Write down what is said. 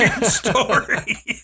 story